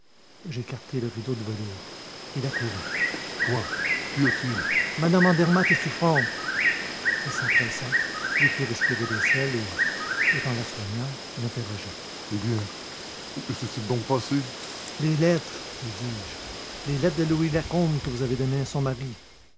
j'écartai le rideau de velours il accourut quoi qu'y a-t-il mme andermatt est souffrante il s'empressa lui fit respirer des sels et tout en la soignant m'interrogeait eh bien que s'est-il donc passé les lettres lui dis-je les lettres de louis lacombe que vous avez données à son mari